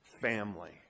family